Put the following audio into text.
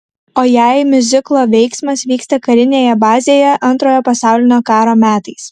o jei miuziklo veiksmas vyksta karinėje bazėje antrojo pasaulinio karo metais